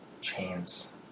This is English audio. chains